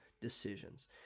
decisions